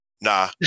Nah